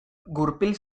gurpil